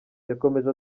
yakomeje